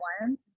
one